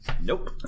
Nope